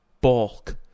bulk